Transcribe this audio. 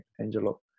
Angelo